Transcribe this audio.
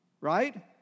right